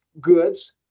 goods